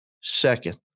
second